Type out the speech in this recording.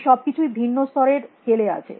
এই সব কিছুই ভিন্ন স্তরের স্কেল এ আছে